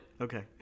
Okay